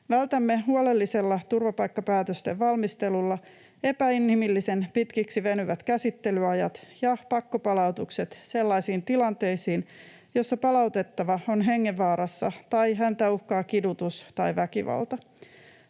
Vältämme huolellisella turvapaikkapäätösten valmistelulla epäinhimillisen pitkiksi venyvät käsittelyajat ja pakkopalautukset sellaisiin tilanteisiin, joissa palautettava on hengenvaarassa tai häntä uhkaa kidutus tai väkivalta